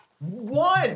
One